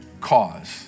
cause